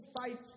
Fight